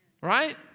Right